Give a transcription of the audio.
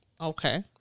Okay